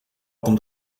komt